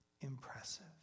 impressive